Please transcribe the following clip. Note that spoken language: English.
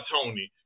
Tony